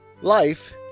life